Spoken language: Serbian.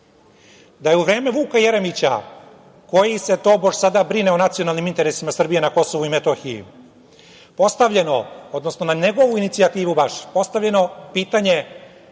da je u vreme Vuka Jeremića, koji se tobož sada brine o nacionalnim interesima Srbije na KiM, postavljeno, odnosno na njegovu inicijativu, baš, postavljeno pitanje